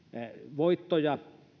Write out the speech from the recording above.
voittoja